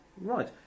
Right